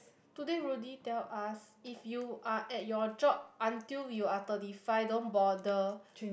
today Rudy tell us if you are at your job until you are thirty five don't bother